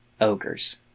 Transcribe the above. ogres